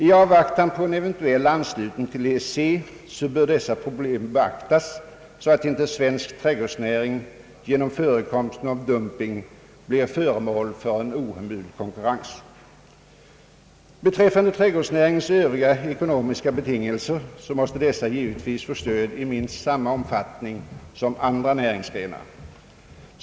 I avvaktan på en eventuell anslutning till EEC bör dessa problem beaktas, så att inte svensk trädgårdsnäring på grund av dumping blir föremål för en ohemul konkurrens. Vad beträffar övriga ekonomiska betingelser måste trädgårdsnäringen givetvis få stöd i minst samma omfattning som andra näringsgrenar.